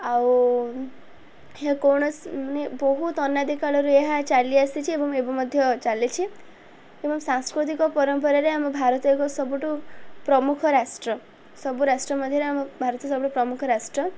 ଆଉ ଏହା କୌଣସି ମାନେ ବହୁତ ଅନାଦିକାଳରୁ ଏହା ଚାଲି ଆସିଛି ଏବଂ ଏବେ ମଧ୍ୟ ଚାଲିଛି ଏବଂ ସାଂସ୍କୃତିକ ପରମ୍ପରାରେ ଆମ ଭାରତ ଏକ ସବୁଠୁ ପ୍ରମୁଖ ରାଷ୍ଟ୍ର ସବୁ ରାଷ୍ଟ୍ର ମଧ୍ୟରେ ଆମ ଭାରତ ସବୁଠୁ ପ୍ରମୁଖ ରାଷ୍ଟ୍ର